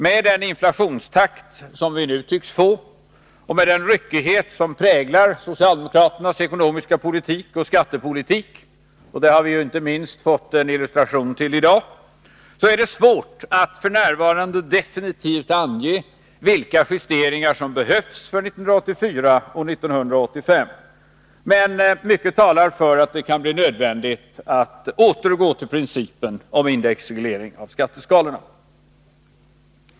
Med den inflationstakt som vi nu tycks få och med den ryckighet som präglar socialdemokraternas ekonomiska politik och skattepolitik — det har vi ju inte minst fått en illustration till i dag — är det svårt att f. n. definitivt ange vilka justeringar som behövs för 1984 och 1985. Mycket talar emellertid för att det kan bli nödvändigt att återgå till principen om indexreglering av skatteskalorna.